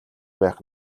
байх